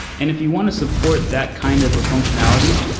and if you want to support that kind of a functionality,